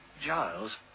Giles